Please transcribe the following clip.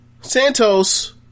Santos